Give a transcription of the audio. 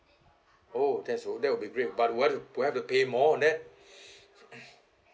oh there's oh that will be great but do I do I have to pay more on that